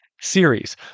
series